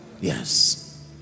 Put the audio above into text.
Yes